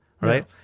right